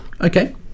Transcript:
okay